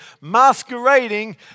masquerading